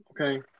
okay